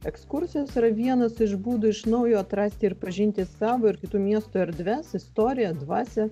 ekskursijos yra vienas iš būdų iš naujo atrasti ir pažinti savo ir kitų miestų erdves istoriją dvasią